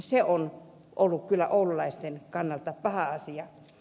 se on ollut kyllä oululaisten kannalta paha asia